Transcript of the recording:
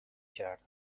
کردم